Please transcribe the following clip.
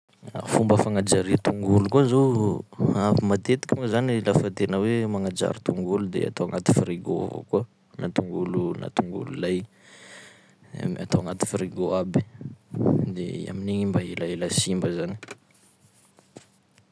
Fomba fagnajaria tongolo koa zao matetiky moa zany lafa tena hoe magnajary tongolo de atao agnaty frigo avao koa, na tongolo na tongolo lay atao agnaty frigo aby de amin'igny mba elaela simba zany.